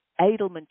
Edelman